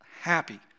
happy